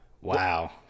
wow